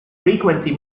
frequency